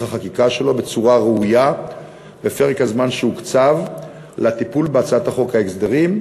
החקיקה שלו בצורה ראויה בפרק הזמן שהוקצב לטיפול בהצעת חוק ההסדרים,